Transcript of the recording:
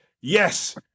Yes